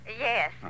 Yes